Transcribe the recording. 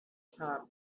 top